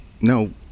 no